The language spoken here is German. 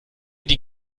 die